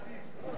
גפני, אתה ארטיסט.